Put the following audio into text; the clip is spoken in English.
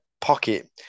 pocket